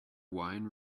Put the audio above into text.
wine